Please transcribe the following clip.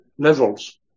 levels